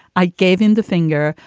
i gave him the finger.